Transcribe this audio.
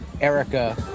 Erica